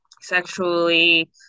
sexually